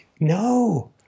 No